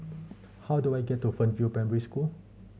how do I get to Fernvale Primary School